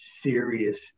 serious